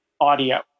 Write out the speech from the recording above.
audio